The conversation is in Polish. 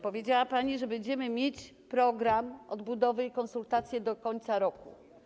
Powiedziała pani, że będziemy mieć program odbudowy i konsultacje do końca roku.